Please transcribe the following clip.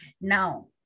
Now